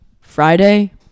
friday